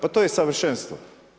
Pa to je savršenstvo.